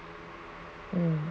um